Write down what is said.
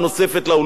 הייתי בטוח.